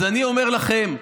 אז אני אומר לכם: